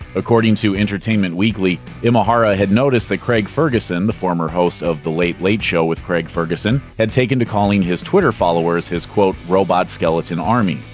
according to entertainment weekly, imahara had noticed that craig ferguson, the former host of the late late show with craig ferguson, had taken to calling his twitter followers his, quote, robot skeleton army.